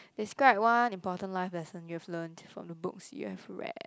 describe one important life lesson you have learnt from the books you have read